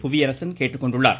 புவியரசன் கேட்டுக்கொண்டுள்ளார்